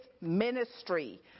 ministry